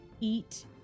Eat